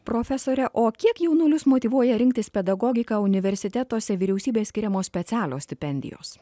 profesore o kiek jaunuolius motyvuoja rinktis pedagogiką universitetuose vyriausybės skiriamos specialios stipendijos